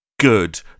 Good